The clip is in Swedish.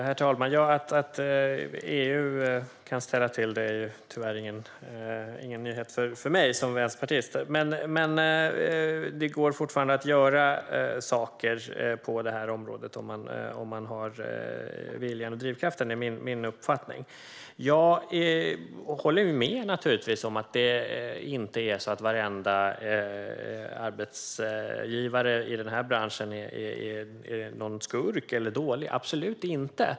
Herr talman! Att EU kan ställa till det är tyvärr ingen nyhet för mig som vänsterpartist. Men det går fortfarande att göra saker på det här området om man har viljan och drivkraften. Det är min uppfattning. Jag håller naturligtvis med om att inte alla arbetsgivare i den här branschen är skurkar eller dåliga.